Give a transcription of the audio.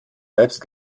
selbst